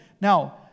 Now